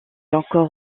encore